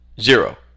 zero